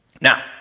Now